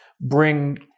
bring